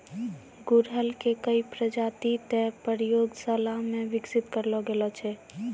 गुड़हल के कई प्रजाति तॅ प्रयोगशाला मॅ विकसित करलो गेलो छै